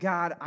God